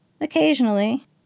occasionally